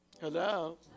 Hello